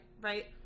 right